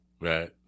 Right